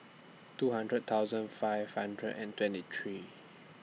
two hundred thousand five hundred and twenty three